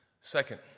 Second